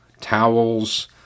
towels